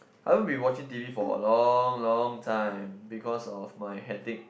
I haven't been watching T_V for a long long time because of my hectic